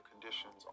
conditions